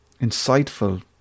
insightful